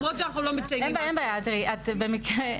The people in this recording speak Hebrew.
במקרה,